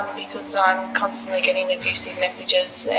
because i'm constantly getting abusive messages and